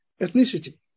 ethnicity